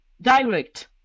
direct